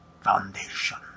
Foundation